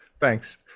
thanks